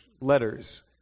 letters